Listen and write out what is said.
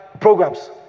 programs